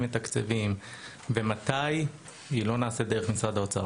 מתקצבים ומתי לא נעשית דרך משרד האוצר.